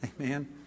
Amen